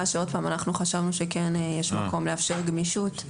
שאנחנו חשבנו שכן יש מקום לאפשר גמישות,